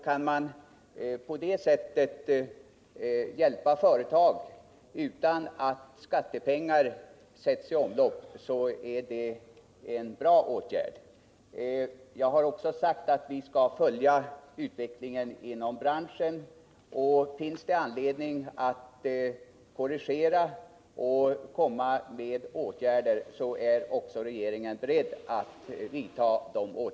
Kan man på det sättet hjälpa företaget utan att skattepengar sätts i omlopp är det en bra åtgärd. Jag har också sagt att vi skall följa utvecklingen inom branschen. Finns det anledning att vidta korrigerande åtgärder, så är regeringen beredd att göra det.